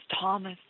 Thomas